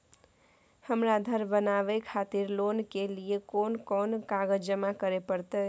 हमरा धर बनावे खातिर लोन के लिए कोन कौन कागज जमा करे परतै?